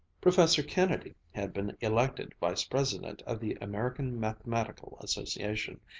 professor kennedy had been elected vice-president of the american mathematical association,